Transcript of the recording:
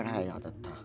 पढ़ाया जाता था